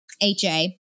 HA